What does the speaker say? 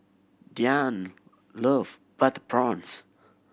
Dyan love butter prawns